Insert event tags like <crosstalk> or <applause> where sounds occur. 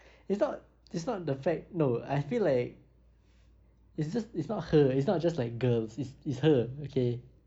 <breath> it's not it's not the fact no I feel like it's just it's not her it's not just like girls it's it's her okay